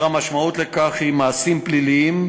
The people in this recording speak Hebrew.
המשמעות של כך היא: מעשים פליליים,